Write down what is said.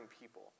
people